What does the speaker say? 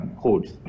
codes